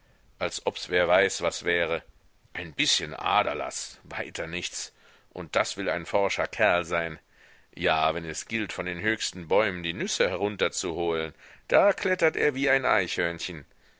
als obs wer weiß was wäre ein bißchen aderlaß weiter nichts und das will ein forscher kerl sein ja wenn es gilt von den höchsten bäumen die nüsse herunterzuholen da klettert er wie ein eichhörnchen